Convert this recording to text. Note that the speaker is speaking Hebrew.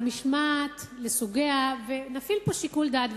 המשמעת לסוגיה ונפעיל פה שיקול דעת,